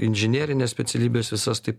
inžinerines specialybes visas taip